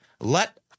Let